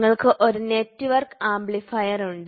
നിങ്ങൾക്ക് ഒരു network amplifier ഉണ്ട്